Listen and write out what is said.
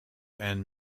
and